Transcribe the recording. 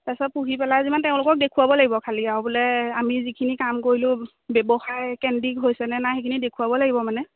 তাছত পোহি পেলাই যিমান তেওঁলোকক দেখুৱাব লাগিব খালী আৰু বোলে আমি যিখিনি কাম কৰিলোঁ ব্যৱসায় কেন্দ্ৰিক হৈছেনে নাই সেইখিনি দেখুৱাব লাগিব মানে